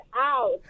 Out